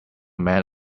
man